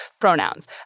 pronouns